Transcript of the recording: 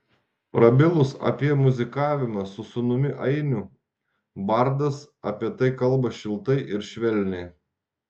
prabilus apie muzikavimą su sūnumi ainiu bardas apie tai kalba šiltai ir švelniai